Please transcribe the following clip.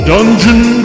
Dungeon